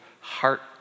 heart